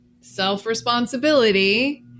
self-responsibility